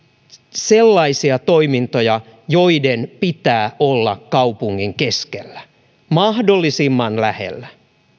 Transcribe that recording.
sellaisia toimintoja joiden pitää olla kaupungin keskellä mahdollisimman lähellä